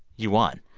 you won.